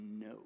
no